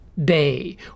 day